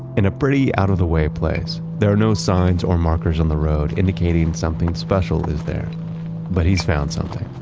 in a pretty out of the way place. there no signs or markers on the road indicating something special is there but he's found something.